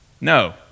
No